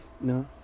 No